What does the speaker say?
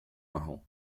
marrom